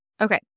Okay